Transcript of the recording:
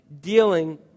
dealing